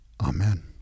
Amen